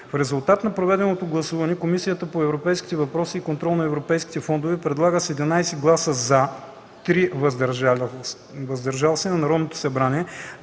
в резултат на проведеното гласуване, Комисията по европейските въпроси и контрол на европейските фондове единодушно предлага с 14 гласа „за” на Народното събрание